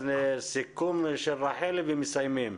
אז סיכום של רחלי ומסיימים.